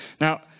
Now